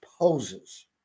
poses